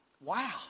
Wow